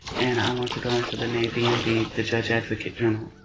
and i want to go into the navy and be the judge advocate general,